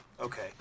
Okay